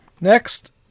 next